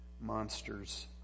monsters